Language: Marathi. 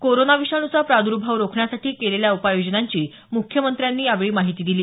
कोरोना विषाणूचा प्रादर्भाव रोखण्यासाठी केलेल्या उपाय योजनांची मुख्यमंत्र्यांनी यावेळी माहिती दिली